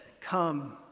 come